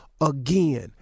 again